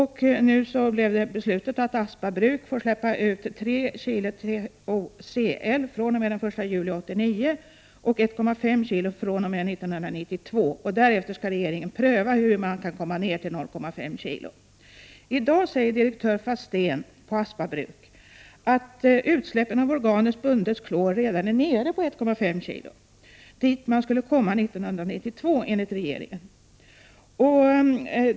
Nu blev beslutet att Aspa bruk får släppa ut 3 kg TOCL fr.o.m. den 1 juli 1989 och 1,5 kg fr.o.om. 1992. Därefter skall regeringen pröva hur man kan komma ned till 0,5 kg. I dag säger direktör Fastén på Aspa bruk att utsläppen av organiskt bunden klor redan är nere i 1,5 kg, dit man skulle komma 1992, enligt regeringens beslut.